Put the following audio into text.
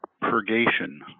purgation